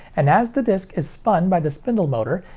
and as the disc is spun by the spindle motor,